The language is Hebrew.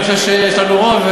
אני חושב שיש לנו רוב,